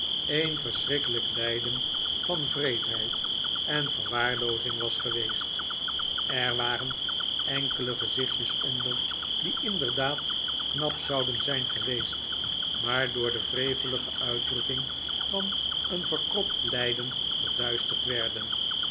een verschrikkelijk lijden van wreedheid en verwaarloozing was geweest er waren enkele gezichtjes onder die inderdaad knap zouden zijn geweest maar door de wrevelige uitdrukking van een verkropt lijden verduisterd werden